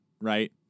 right